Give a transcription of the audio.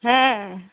হ্যাঁ